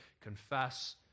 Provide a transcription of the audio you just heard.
confess